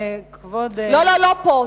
לא, לא, לא פה.